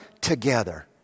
together